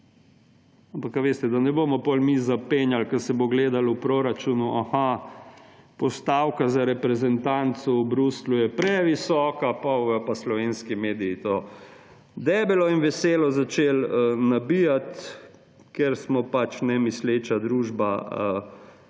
Ampak veste, da ne bomo potem mi zapenjali, ko se bo gledalo v proračunu, aha, postavka za reprezentanco v Bruslju je previsoka, potem bodo pa slovenski mediji to debelo in veselo začeli nabijati, ker smo pač nemisleča družba,